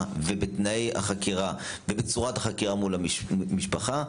ובתנאי החקירה ובצורת החקירה מול המשפחה,